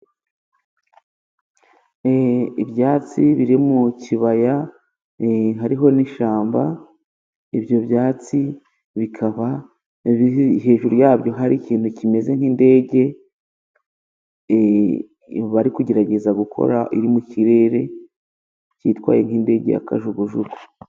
Ibyatsi biri mu kibaya, hariho n'ishamba. Ibyo byatsi bikaba hejuru yabyo hari ikintu kimeze nk'indege, bari kugerageza gukora, iri mu kirere, byitwaye nk'indege ya kajugujugu.